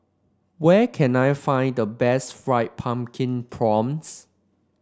where can I find the best Fried Pumpkin Prawns